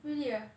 really ah